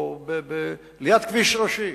ליד כביש ראשי,